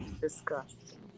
Disgusting